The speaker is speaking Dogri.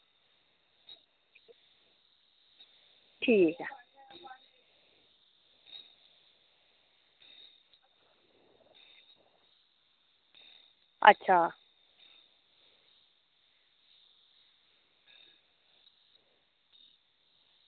ठीक ऐ अच्छा